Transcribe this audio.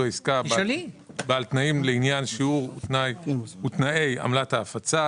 עסקה בעל תנאים לעניין שיעור ותנאי עמלת ההפצה,